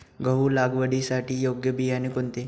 गहू लागवडीसाठी योग्य बियाणे कोणते?